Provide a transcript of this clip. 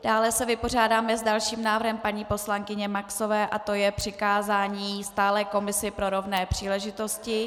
Dále se vypořádáme s dalším návrhem paní poslankyně Maxové a to je přikázání stálé komisi pro rovné příležitosti.